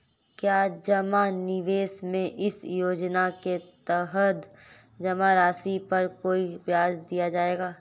क्या जमा निवेश में इस योजना के तहत जमा राशि पर कोई ब्याज दिया जाएगा?